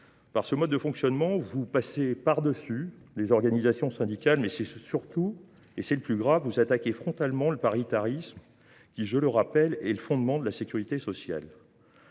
Avec ce mode de fonctionnement, vous passez par dessus les organisations syndicales, mais surtout, et c’est le plus grave, vous attaquez frontalement le paritarisme, qui est, je le rappelle, le fondement de la sécurité sociale.